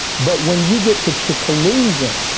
but when you get to, to collusion,